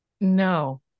no